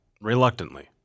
reluctantly